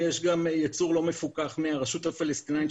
יש גם ייצור לא מפוקח מהרשות הפלסטינית,